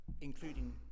including